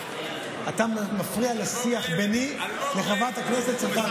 אתה מפריע לשיח ביני לבין חברת הכנסת צרפתי.